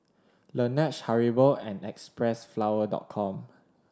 Laneige Haribo and Xpressflower Dot Com